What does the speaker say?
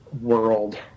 world